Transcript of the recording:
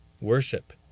worship